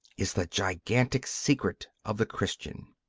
is the gigantic secret of the christian.